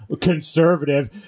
conservative